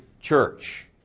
church